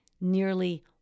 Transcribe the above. nearly